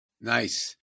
Nice